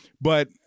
But-